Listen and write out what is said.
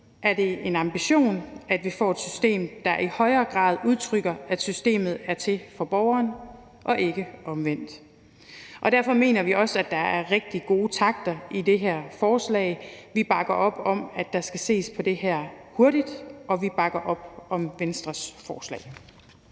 er det en ambition, at vi får et system, der i højere grad udtrykker, at systemet er til for borgeren, og ikke omvendt. Derfor mener vi også, at der er rigtig gode takter i det her forslag. Vi bakker op om, at der skal ses på det her hurtigt, og vi bakker op om Venstres forslag.